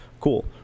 Cool